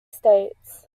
states